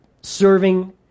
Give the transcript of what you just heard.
serving